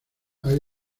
hay